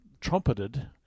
trumpeted